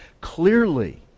Clearly